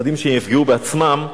פוחדים שהם יפגעו בעצמם,